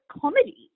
comedy